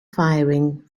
firing